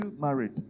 married